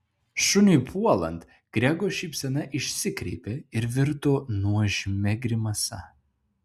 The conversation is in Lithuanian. šuniui puolant grego šypsena išsikreipė ir virto nuožmia grimasa